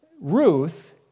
Ruth